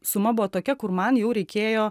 suma buvo tokia kur man jau reikėjo